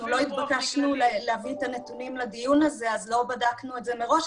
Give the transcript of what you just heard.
אנחנו לא התבקשנו להביא את הנתונים לדיון הזה אז לא בדקנו את זה מראש,